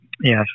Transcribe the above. Yes